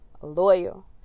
loyal